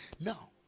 Now